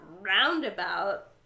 roundabout